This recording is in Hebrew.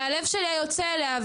והלב שלי היה יוצא אליה.